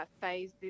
phase